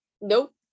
Nope